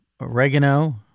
oregano